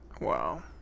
Wow